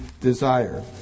desire